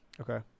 Okay